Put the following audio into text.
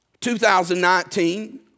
2019